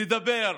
נדבר.